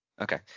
Okay